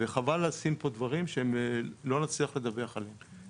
וחבל לשים פה דברים שלא נצליח לדווח עליהם.